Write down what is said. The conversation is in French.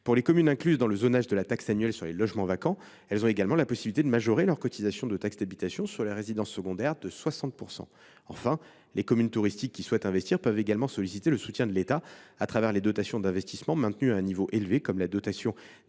Paris. Les communes incluses dans le zonage de la taxe annuelle sur les logements vacants ont également la possibilité de majorer de 60 % leur cotisation de taxe d’habitation sur les résidences secondaires. Enfin, les communes touristiques qui souhaitent investir peuvent également solliciter le soutien de l’État au travers de dotations d’investissement maintenues à un niveau élevé, comme la dotation